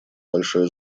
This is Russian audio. большое